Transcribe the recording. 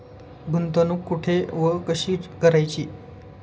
गुंतवणूक कुठे व कशी करायची?